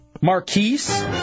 Marquise